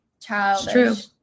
Childish